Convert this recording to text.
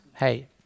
Hey